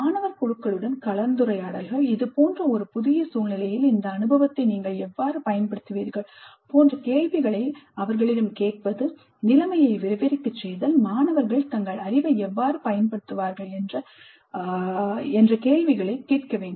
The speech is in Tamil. மாணவர் குழுக்களுடன் கலந்துரையாடல்கள் இது போன்ற ஒரு புதிய சூழ்நிலையில் இந்த அனுபவத்தை நீங்கள் எவ்வாறு பயன்படுத்துவீர்கள் போன்ற கேள்விகளை அவர்களிடம் கேட்பது நிலைமையை விவரிக்க செய்தல் மாணவர்கள் தங்கள் அறிவை எவ்வாறு பயன்படுத்துவார்கள் என்ற கேள்விகளை கேட்க வேண்டும்